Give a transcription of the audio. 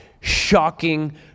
shocking